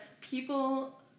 people